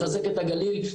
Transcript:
לחזק את הגליל,